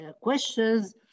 questions